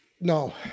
no